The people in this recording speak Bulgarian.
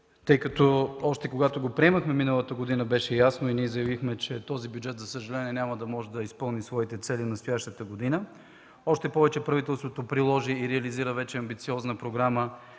защото още когато го приемахме миналата година, беше ясно и ние заявихме, че, за съжаление, този бюджет няма да може да изпълни своите цели през настоящата година. Още повече, правителството приложи и реализира вече амбициозна програма